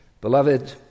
Beloved